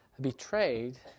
betrayed